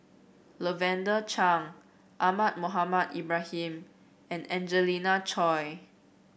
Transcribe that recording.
Lavender Chang Ahmad Mohamed Ibrahim and Angelina Choy